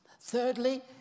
Thirdly